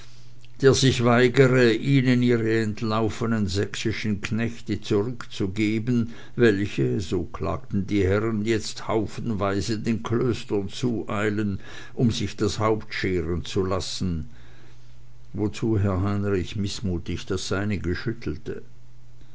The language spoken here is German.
der sich weigere ihnen ihre entlaufenen sächsischen knechte zurückzugeben welche so klagten die herren jetzt haufenweise den klöstern zueilen um sich das haupt scheren zu lassen wozu herr heinrich mißmutig das seinige schüttelte